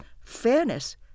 fairness